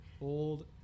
Old